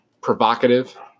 provocative